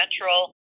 natural